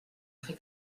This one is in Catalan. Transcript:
fer